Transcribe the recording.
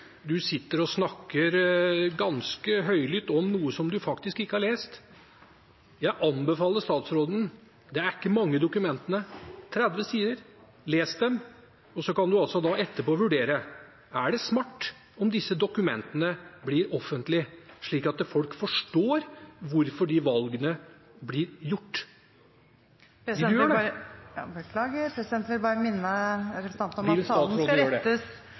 Du snakker ganske høylytt om noe du faktisk ikke har lest. Jeg anbefaler statsråden å lese dokumentene – det er ikke mye, det er 30 sider. Les dem, og så kan du etterpå vurdere om det er smart at disse dokumentene blir offentlige, slik at folk forstår hvorfor disse valgene blir gjort. Vil statsråden gjøre det? Presidenten vil minne representanten om